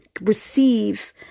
receive